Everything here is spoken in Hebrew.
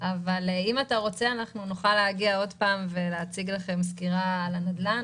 אבל אם אתה רוצה אנחנו נוכל להגיע עוד פעם ולהציג לכם סקירה על הנדל"ן.